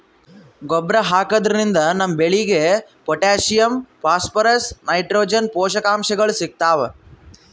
ಗೊಬ್ಬರ್ ಹಾಕಿದ್ರಿನ್ದ ನಮ್ ಬೆಳಿಗ್ ಪೊಟ್ಟ್ಯಾಷಿಯಂ ಫಾಸ್ಫರಸ್ ನೈಟ್ರೋಜನ್ ಪೋಷಕಾಂಶಗಳ್ ಸಿಗ್ತಾವ್